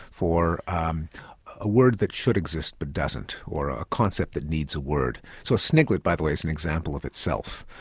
for um a word that should exist but doesn't or a concept that needs a word. so a sniglet, by the way, is an and example of itself,